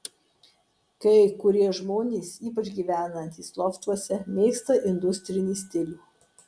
kai kurie žmonės ypač gyvenantys loftuose mėgsta industrinį stilių